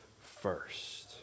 first